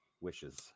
wishes